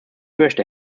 möchte